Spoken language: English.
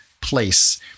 place